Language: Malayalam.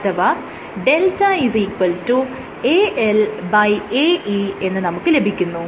അഥവാ δ ALAE എന്ന് നമുക്ക് ലഭിക്കുന്നു